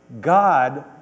God